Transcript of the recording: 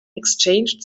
exchanged